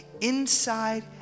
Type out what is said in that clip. inside